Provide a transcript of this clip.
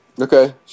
Okay